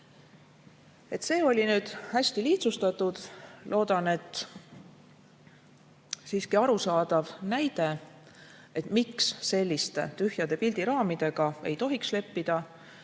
See oli hästi lihtsustatud, kuid loodan, et siiski arusaadav näide, miks selliste tühjade pildiraamidega ei tohiks leppida.